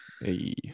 hey